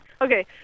Okay